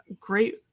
great